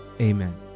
amen